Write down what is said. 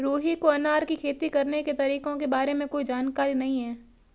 रुहि को अनार की खेती करने के तरीकों के बारे में कोई जानकारी नहीं है